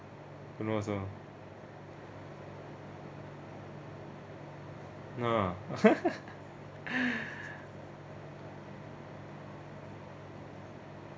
don't know also no lah